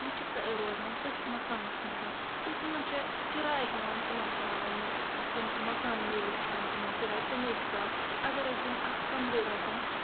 تِم چھِ روزان تٔتھۍ مکانَس منٛز تہٕ تِمن چھِ کِراے ہٮ۪وان تِمن تِم مَکان مٲلِک چھِ ہٮ۪وان تِمَن کِراے تَمے حِسابہٕ اَگرَے تِم اکھ کَمرٕ رَٹن